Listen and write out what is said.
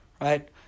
right